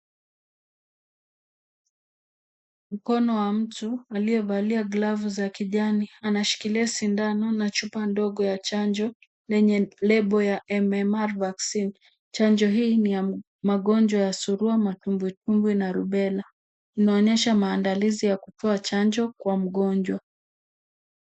Mkono wa mtu aliyevalia glavu ya kijani anashikilia sindano na chupa ndogo ya chanjo lenye nembo ya M-M-R Vaccine. Chanjo hii ni ya magonjwa ya surua, matumbitumbwi na rubela imeonesha maandalizi ya kupewa chanjo kwa mgonjwa.